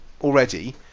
already